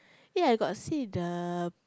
eh I got see the